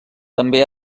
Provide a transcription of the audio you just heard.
també